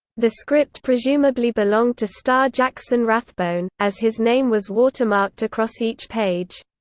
the script presumably belonged to star jackson rathbone, as his name was watermarked across each page.